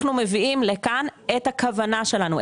אנחנו מביאים לכאן את הכוונה שלנו,